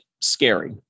scary